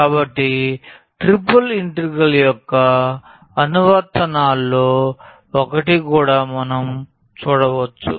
కాబట్టి triple integral యొక్క అనువర్తనాల్లో ఒకటిగా కూడా మనం చూడవచ్చు